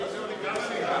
באיזו אוניברסיטה?